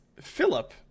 Philip